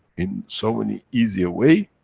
in so many, easier way,